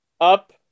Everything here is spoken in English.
Up